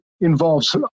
Involves